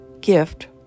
gift